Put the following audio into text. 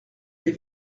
les